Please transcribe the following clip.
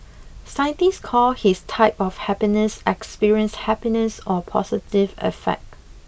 scientists call his type of happiness experienced happiness or positive affect